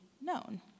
known